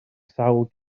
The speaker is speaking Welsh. sawl